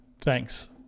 Thanks